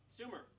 Sumer